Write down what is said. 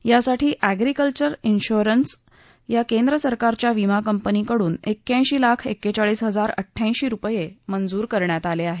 यासाठी agriculture insurance या केंद्र सरकारच्या विमा कंपनीकडून एक्क्याऐंशी लाख एक्केचाळीस हजार अडुयाऐंशी रुपये मंजूर करण्यात आले आहेत